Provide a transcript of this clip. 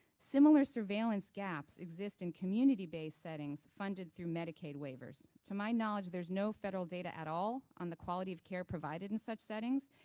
similar surveillance gaps exist in community-based settings funded through medicaid waivers. to my knowledge, there's no federal data at all on the quality of care provided in such settings,